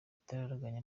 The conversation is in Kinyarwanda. igitaraganya